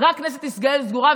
רק כנסת ישראל סגורה,